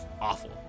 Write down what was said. awful